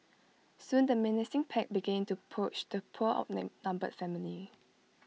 soon the menacing pack began to approach the poor numbered family